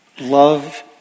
love